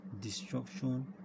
destruction